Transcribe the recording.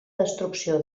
destrucció